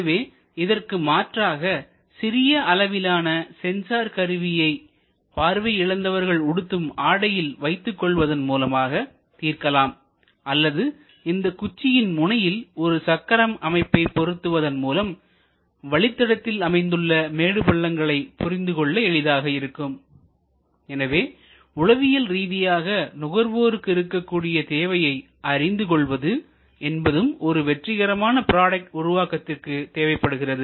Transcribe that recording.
எனவே இதற்கு மாற்றாக சிறிய அளவிலான சென்சார் கருவிகளை பார்வை இழந்தவர்கள் உடுத்தும் ஆடையில் வைத்துக் கொள்வதன் மூலமாக தீர்க்கலாம் அல்லது இந்த குச்சியின் முனையில் ஒரு சக்கரம் அமைப்பை பொருத்துவதன் மூலம் வழித்தடத்தில் அமைந்துள்ள மேடுபள்ளங்களை புரிந்து கொள்ள எளிதாக இருக்கும் எனவே உளவியல் ரீதியாக நுகர்வோருக்கு இருக்கக்கூடிய தேவையை அறிந்து கொள்வது என்பதும் ஒரு வெற்றிகரமான ப்ராடக்ட் உருவாக்கத்திற்கு தேவைப்படுகிறது